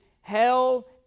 hell